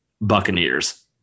Buccaneers